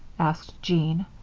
asked jean,